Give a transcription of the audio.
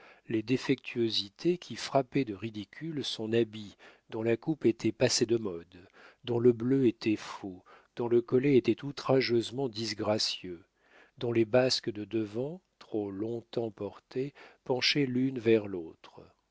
les défectuosités qui frappaient de ridicule son habit dont la coupe était passée de mode dont le bleu était faux dont le collet était outrageusement disgracieux dont les basques de devant trop long-temps portées penchaient l'une vers l'autre